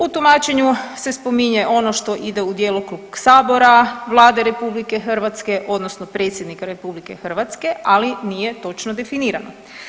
U tumačenju se spominje ono što ide u djelokrug sabora, Vlade RH odnosno predsjednika RH ali nije točno definirano.